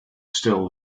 still